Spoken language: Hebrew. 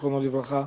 זיכרונו לברכה,